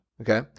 Okay